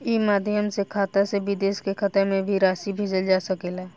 ई माध्यम से खाता से विदेश के खाता में भी राशि भेजल जा सकेला का?